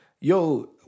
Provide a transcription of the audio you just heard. yo